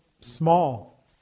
small